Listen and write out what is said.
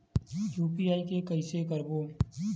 UPI के कइसे करबो?